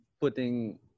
putting